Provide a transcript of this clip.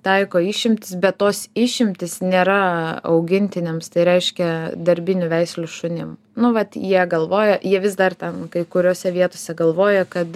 taiko išimtis bet tos išimtys nėra augintiniams tai reiškia darbinių veislių šunim nu vat jie galvoja jie vis dar ten kai kuriose vietose galvoja kad